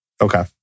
Okay